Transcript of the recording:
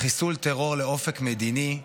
חיסול טרור לאופק מדיני,